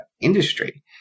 industry